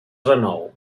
renou